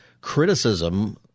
criticism